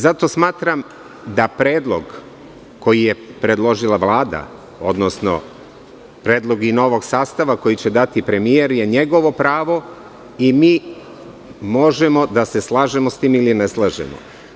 Zato smatram da predlog koji je predložila Vlada, odnosno predlog i novog sastava koji će dati premijer je njegovo pravo i mi možemo da se slažemo sa tim ili ne slažemo.